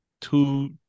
two